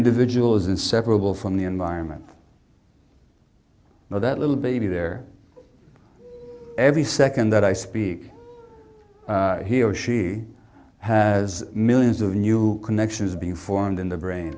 individual is inseparable from the environment where that little baby there every second that i speak here she has millions of new connections being formed in the brain